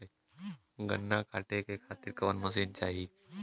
गन्ना कांटेके खातीर कवन मशीन चाही?